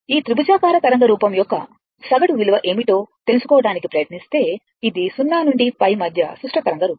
ఈ త్రిభుజాకార తరంగ రూపం యొక్క సగటు విలువ ఏమిటో తెలుసుకోవడానికి ప్రయత్నిస్తే ఇది 0 నుండి π మధ్య సుష్ట తరంగ రూపం